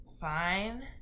fine